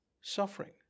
suffering